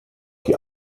die